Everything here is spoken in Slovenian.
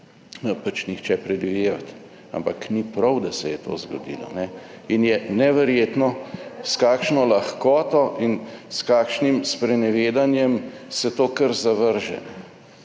tega nihče predvidevati. Ampak ni prav, da se je to zgodilo. In je neverjetno s kakšno lahkoto in s kakšnim sprenevedanjem se to kar zavrže,